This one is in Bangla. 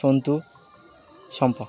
সন্তু শম্পা